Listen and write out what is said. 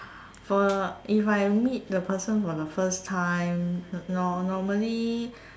for if I meet the person for the first time nor~ normally